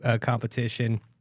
competition